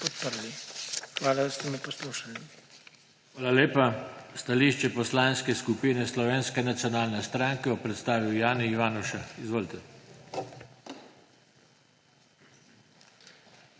Hvala, da ste me poslušali.